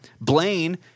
Blaine